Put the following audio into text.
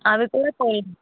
అవి కూడా కోల్గేట్